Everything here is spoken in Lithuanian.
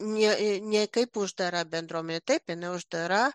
ne ne kaip uždara bendruomenė taip jinai uždara